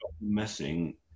messing